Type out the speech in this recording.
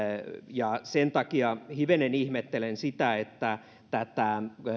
ja sen takia hivenen ihmettelen sitä että tätä